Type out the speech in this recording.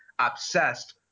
obsessed